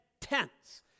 tents